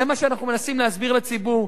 זה מה שאנחנו מנסים להסביר לציבור.